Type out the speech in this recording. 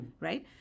right